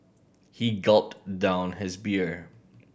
he gulped down his beer